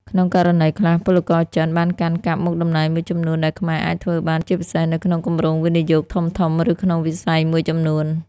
ក្នុងករណីខ្លះ ពលករចិនបានកាន់កាប់មុខតំណែងមួយចំនួនដែលខ្មែរអាចធ្វើបាន ជាពិសេសនៅក្នុងគម្រោងវិនិយោគធំៗ ឬក្នុងវិស័យមួយចំនួន។